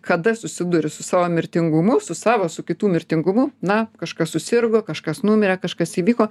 kada susiduri su savo mirtingumu su savo su kitų mirtingumu na kažkas susirgo kažkas numirė kažkas įvyko